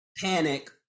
panic